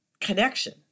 connection